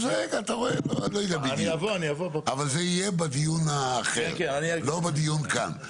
אבל זה יהיה בדיון האחר, לא בדיון כאן.